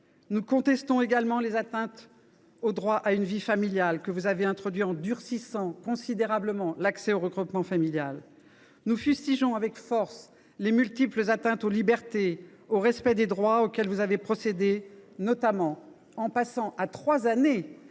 Nous contestons également les atteintes au droit à une vie familiale que vous avez introduites en durcissant considérablement l’accès au regroupement familial. Nous fustigeons avec force les multiples atteintes aux libertés et au respect des droits auxquelles vous avez procédé, notamment en portant à trois ans